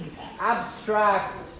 abstract